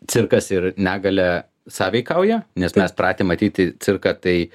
cirkas ir negalia sąveikauja nes pratę matyti cirką tai